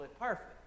perfect